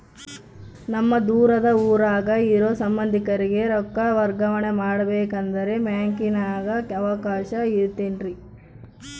ನಮ್ಮ ದೂರದ ಊರಾಗ ಇರೋ ಸಂಬಂಧಿಕರಿಗೆ ರೊಕ್ಕ ವರ್ಗಾವಣೆ ಮಾಡಬೇಕೆಂದರೆ ಬ್ಯಾಂಕಿನಾಗೆ ಅವಕಾಶ ಐತೇನ್ರಿ?